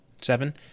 seven